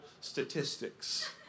statistics